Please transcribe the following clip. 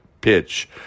pitch